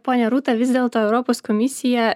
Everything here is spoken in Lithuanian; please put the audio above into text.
ponia rūta vis dėlto europos komisija